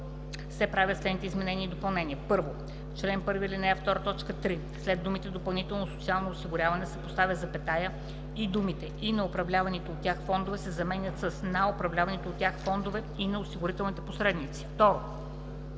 се правят следните изменения и допълнения: 1. В чл. 1, ал. 2, т. 3 след думите „допълнително социално осигуряване” се поставя запетая и думите „и на управляваните от тях фондове” се заменят с „на управляваните от тях фондове и на осигурителните посредници”.